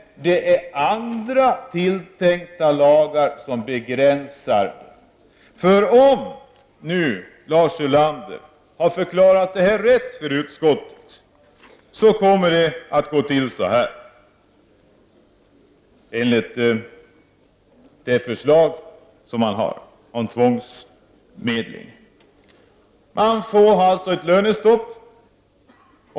Men det är andra tilltänkta lagar som begränsar. Om Lars Ulander har förklarat detta rätt för utskottet, så kommer det att gå till på följande sätt enligt det förslag han har om tvångsmedling: Man får alltså ett lönestopp.